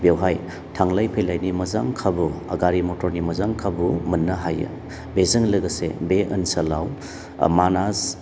बेवहाय थांलाय फैलायनि मोजां खाबु बा गारि मटरनि मोजां खाबुखौ मोननो हायो बेजों लोगोसे बे ओनसोलाव मानास